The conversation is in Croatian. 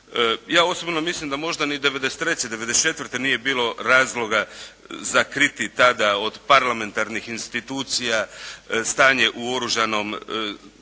Ja osobno mislim da možda ni '93., '94. nije bilo razloga za kriti tada od parlamentarnih institucija stanje u Oružanim